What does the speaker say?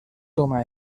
toma